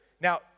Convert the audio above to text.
Now